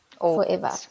forever